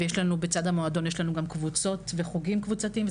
ויש לנו בצד המועדון גם קבוצות וחוגים קבוצתיים,